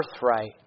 birthright